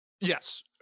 yes